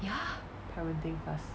parenting class